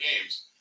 games